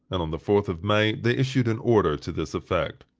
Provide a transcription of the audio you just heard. and on the fourth of may they issued an order to this effect,